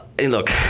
look